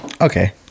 okay